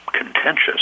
contentious